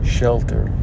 shelter